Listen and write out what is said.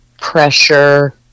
pressure